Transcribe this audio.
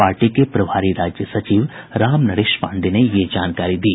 party के प्रभारी राज्य सचिव राम नरेश पांडेय ने यह जानकारी दी